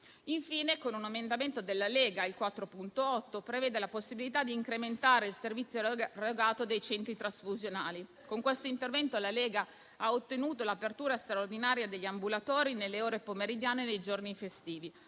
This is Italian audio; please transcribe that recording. Infine, un emendamento della Lega, il 4.8, prevede la possibilità di incrementare il servizio erogato dai centri trasfusionali. Con questo intervento la Lega ha ottenuto l'apertura straordinaria degli ambulatori nelle ore pomeridiane dei giorni festivi: